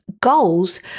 goals